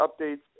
updates